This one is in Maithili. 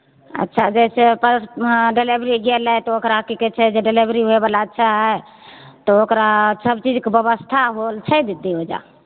अच्छा जैसे पर अं आं डलेबरी गेलै तऽ ओकरा की कहै छै जे डलेबरी होइ बला छै तऽ ओकरा सब चीजके व्यवस्था होल छै दीदी ओहिजा